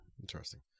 Interesting